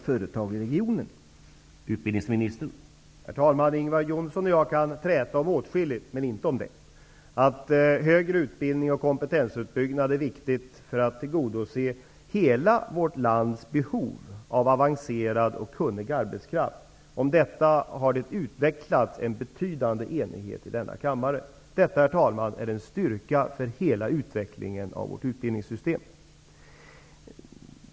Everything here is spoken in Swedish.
Herr talman! Ingvar Johnsson och jag kan träta om åtskilligt, men inte om att högre utbildning och kompetensutbyggnad är viktigt för att tillgodose hela vårt lands behov av avancerad och kunnig arbetskraft. Om detta har det utvecklats en betydande enighet i denna kammare. Detta, herr talman, är en styrka för hela utvecklingen av vårt utbildningssystem.